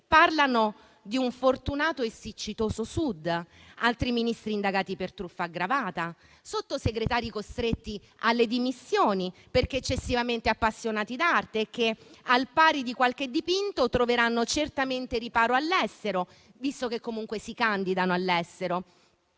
parlano di un fortunato e siccitoso Sud; altri Ministri indagati per truffa aggravata; Sottosegretari costretti alle dimissioni perché eccessivamente appassionati d'arte e che, al pari di qualche dipinto, troveranno certamente riparo all'estero, visto che si candidano all'estero;